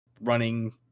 running